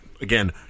again